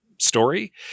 story